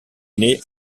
née